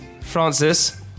Francis